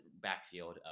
backfield